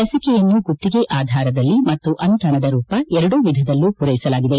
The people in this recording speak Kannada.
ಲಸಿಕೆಯನ್ನು ಗುತ್ತಿಗೆ ಆಧಾರದಲ್ಲಿ ಮತ್ತು ಅನುದಾನದ ರೂಪ ಎರಡೂ ವಿಧದಲ್ಲೂ ಪೂರೈಸಲಾಗಿದೆ